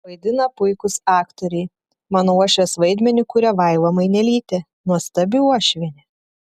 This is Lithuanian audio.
vaidina puikūs aktoriai mano uošvės vaidmenį kuria vaiva mainelytė nuostabi uošvienė